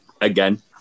again